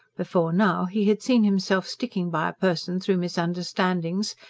before now he had seen himself sticking by a person through misunderstandings,